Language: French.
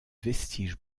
vestiges